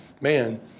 man